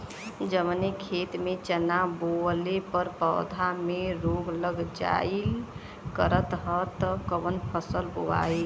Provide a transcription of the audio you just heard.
जवने खेत में चना बोअले पर पौधा में रोग लग जाईल करत ह त कवन फसल बोआई?